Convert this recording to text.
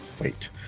wait